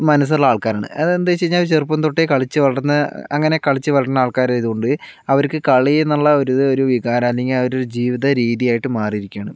മനസ്സുള്ള ആൾക്കാരാണ് അത് എന്താണെന്ന് വെച്ചാൽ ചെറുപ്പം തൊട്ടേ കളിച്ചു വളർന്ന അങ്ങനെ കളിച്ചുവളർന്ന ആൾക്കാർ ആയതുകൊണ്ട് അവർക്ക് കളി എന്നുള്ള ഒരു വികാരം അല്ലെങ്കിൽ അവരുടെ ഒരു ജീവിതരീതി ആയിട്ട് മാറിയിരിക്കുകയാണ്